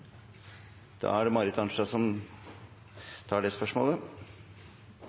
Marit Arnstad som tar det spørsmålet.